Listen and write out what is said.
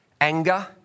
anger